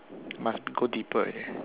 must go deeper